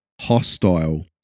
hostile